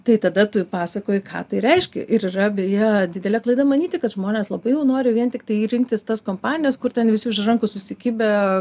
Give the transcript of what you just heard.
tai tada tu pasakoji ką tai reiškia ir yra beje didelė klaida manyti kad žmonės labai jau nori vien tiktai rinktis tas kompanijas kur ten visi už rankų susikibę